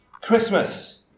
Christmas